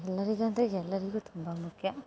ಎಲ್ಲರಿಗು ಅಂದರೆ ಎಲ್ಲರಿಗು ತುಂಬ ಮುಖ್ಯ